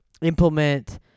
implement